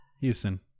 Houston